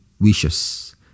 wishes